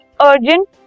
urgent